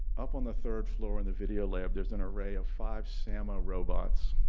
up on the third floor in the video lab, there's an array of five sama robots.